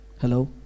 Hello